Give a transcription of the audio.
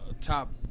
top